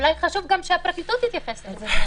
אולי חשוב גם שהפרקליטות תתייחס לזה.